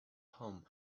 home